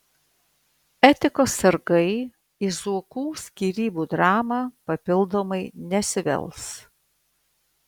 etikos sargai į zuokų skyrybų dramą papildomai nesivels